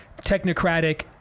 technocratic